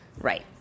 right